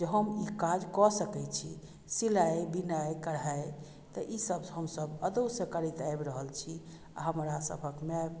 जे हम ई काज कऽ सकैत छी सिलाइ बिनाइ कढ़ाइ तऽ ई सभ हमसभ अदौँसँ करैत आबि रहल छी हमरासभक माय